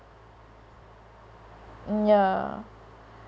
ya